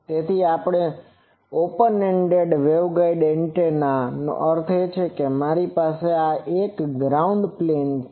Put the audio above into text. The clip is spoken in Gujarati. તેથી ઓપન એન્ડેડ વેવગાઇડ એન્ટેનાનો અર્થ છે કે મારી પાસે આ એક ગ્રાઉન્ડ પ્લેન પર છે